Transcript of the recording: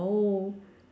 oh